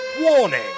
warning